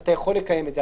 אתה יכול לקיים את זה.